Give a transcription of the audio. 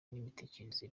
n’imitekerereze